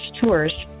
tours